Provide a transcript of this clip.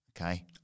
Okay